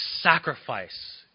sacrifice